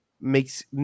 makes